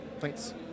Thanks